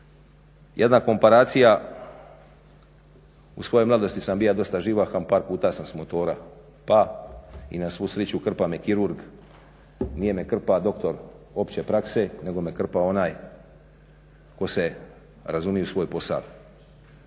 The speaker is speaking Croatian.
jedna komparacija, u svojoj mladosti sam bio dosta živahan, par puta sam s motora pao i na svu sreću krpao me kirurg, nije me krpao doktor opće prakse, nego me krpao onaj koji se razumije u svoj posao.